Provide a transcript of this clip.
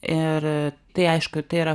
ir tai aišku tai yra